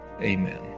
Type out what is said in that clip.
Amen